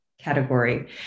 category